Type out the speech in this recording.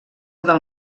del